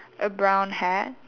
a brown hat